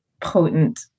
potent